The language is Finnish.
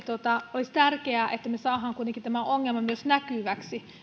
olisi tärkeää että me saamme kuitenkin tämän ongelman näkyväksi